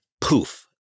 poof